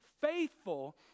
faithful